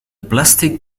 plastic